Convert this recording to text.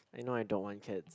I know I don't want cats